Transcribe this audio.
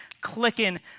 clicking